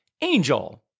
angel